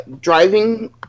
driving